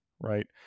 right